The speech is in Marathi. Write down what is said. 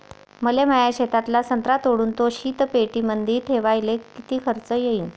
मले माया शेतातला संत्रा तोडून तो शीतपेटीमंदी ठेवायले किती खर्च येईन?